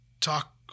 talk